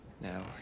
Now